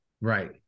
right